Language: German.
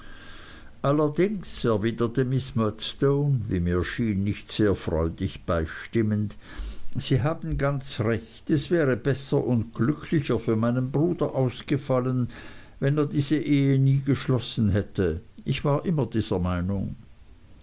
miß murdstone wie mir schien nicht sehr freudig beistimmend sie haben ganz recht es wäre besser und glücklicher für meinen bruder ausgefallen wenn er diese ehe nie geschlossen hätte ich war immer dieser meinung